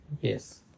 Yes